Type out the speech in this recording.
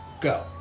go